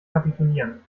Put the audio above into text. kapitulieren